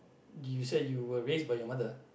you said you were raised by your mother